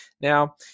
Now